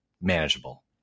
manageable